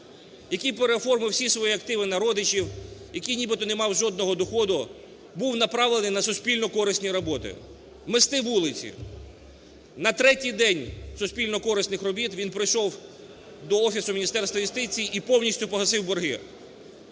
який переоформив всі свої активи на родичів, який нібито не мав жодного доходу, був направлений на суспільно корисні роботи мести вулиці. На третій день суспільно корисних робіт він прийшов до офісу Міністерства юстиції і повністю погасив борги.